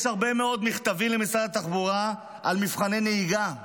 יש הרבה מאוד מכתבים למשרד התחבורה על מבחני נהיגה --- לסיום,